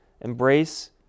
embrace